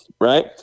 right